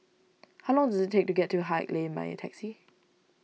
how long does it take to get to Haig Lane by taxi